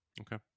Okay